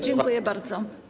Dziękuję bardzo.